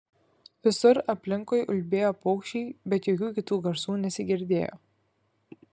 visur aplinkui ulbėjo paukščiai bet jokių kitų garsų nesigirdėjo